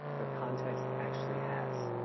their context actually has.